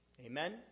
Amen